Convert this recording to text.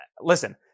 Listen